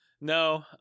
No